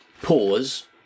Pause